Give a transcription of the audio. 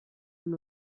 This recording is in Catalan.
amb